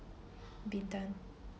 bintan